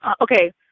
Okay